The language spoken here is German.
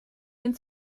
den